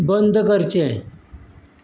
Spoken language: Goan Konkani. बंद करचें